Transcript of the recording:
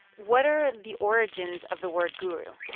what are the origins of the word guru?